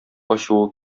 ачуы